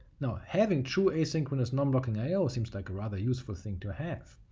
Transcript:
now having true asynchronous, non-blocking i o seems like a rather useful thing to have,